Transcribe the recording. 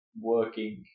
working